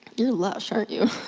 you're lush aren't you.